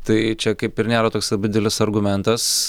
tai čia kaip ir nėra toks labai didelis argumentas